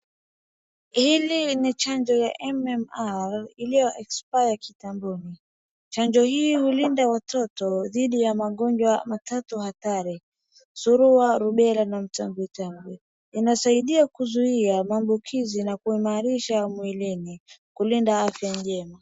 Hili ni chanjo ya MMR iliyo expire kitamboni. Chanjo hii hulinda watoto dhidi ya magonjwa matatu hatari; surua, rubella na mtambwitambwi. Inasaidia kuzuia maambukiza na kuimarisha mwilini kulinda afya njema.